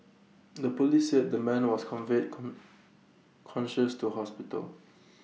the Police said the man was conveyed con conscious to hospital